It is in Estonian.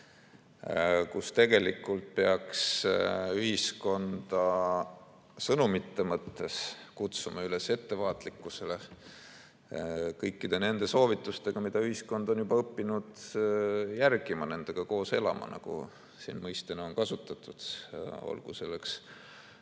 kus tegelikult peaks ühiskonda sõnumite mõttes kutsuma üles ettevaatlikkusele kõikide nende soovitustega, mida ühiskond on juba õppinud järgima, nendega koos elama, nagu siin mõistena on kasutatud, olgu selleks